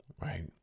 right